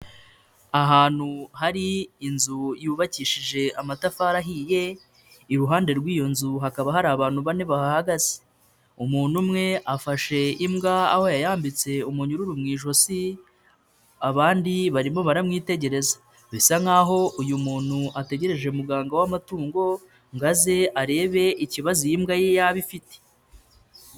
Ahantu hari inzu yubakishije amatafari ahiye iruhande rw'iyo nzu hakaba hari abantu bane bahahagaze. Umuntu umwe afashe imbwa aho yayambitse umunyururu mu ijosi, abandi barimo baramwitegereza bisa nkaho uyu muntu ategereje muganga w'amatungo ngo aze arebe ikibazo iyi mbwa ye yaba ifite.